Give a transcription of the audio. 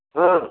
हूँ